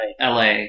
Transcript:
LA